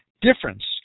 difference